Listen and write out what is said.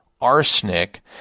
arsenic